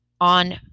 on